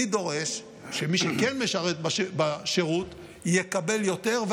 אני דורש שמי שכן משרת בשירות יקבל יותר,